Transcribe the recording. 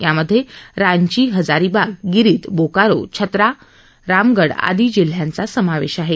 यामध्ये रांची हझारीबाग गिरिध बोकारो छत्रा रामगढ आदी जिल्ह्यांचा समावेश आहे